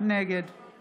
נגד